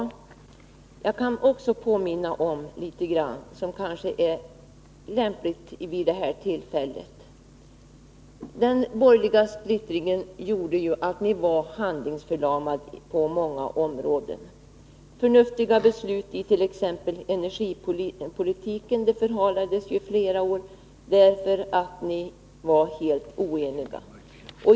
Ja, jag kan också påminna om en del saker som det kanske kan vara lämpligt att nämna vid det här tillfället. Den borgerliga splittringen gjorde ju att vi var handlingsförlamade på många områden. Förnuftiga beslut it.ex. energipolitiken förhalades ju flera år, därför att ni var helt oeniga.